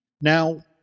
now